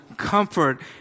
comfort